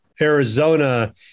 Arizona